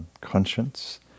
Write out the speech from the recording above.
conscience